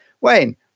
Wayne